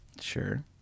Sure